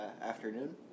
afternoon